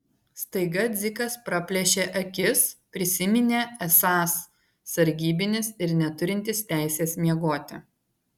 staiga dzikas praplėšė akis prisiminė esąs sargybinis ir neturintis teisės miegoti